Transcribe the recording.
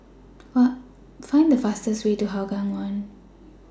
Find The fastest Way to Hougang one